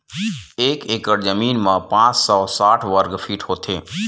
एक एकड़ जमीन मा पांच सौ साठ वर्ग फीट होथे